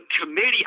committee